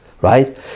right